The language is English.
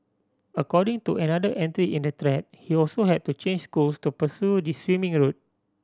according to another entry in the thread he also had to change schools to pursue this swimming a route